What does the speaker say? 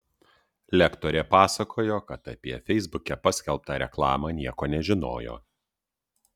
lektorė pasakojo kad apie feisbuke paskelbtą reklamą nieko nežinojo